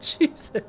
Jesus